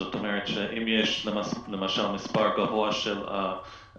זאת אומרת, אם יש מספר גבוה של מאומתים,